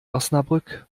osnabrück